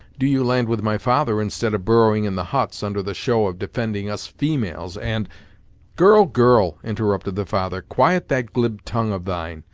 do you land with my father, instead of burrowing in the huts, under the show of defending us females and girl girl, interrupted the father, quiet that glib tongue of thine,